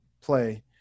play